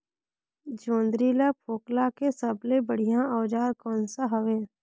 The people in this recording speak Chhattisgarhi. जोंदरी ला फोकला के सबले बढ़िया औजार कोन सा हवे?